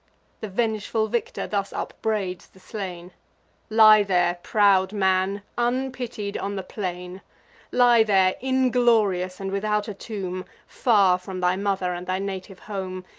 the vengeful victor thus upbraids the slain lie there, proud man, unpitied, on the plain lie there, inglorious, and without a tomb, far from thy mother and thy native home,